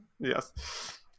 Yes